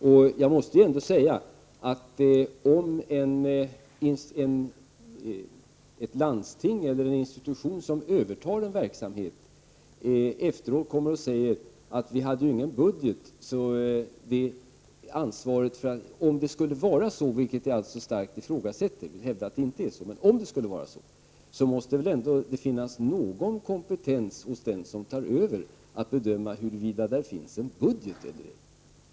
Om det skulle vara så — vilket jag starkt ifrågasätter — att ett landsting eller en institution som övertar en verksamhet efteråt kommer och säger att man inte hade någon budget, måste jag säga att det ändå bör finnas någon kompetens hos den som tar över att bedöma huruvida det finns en budget eller inte.